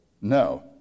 No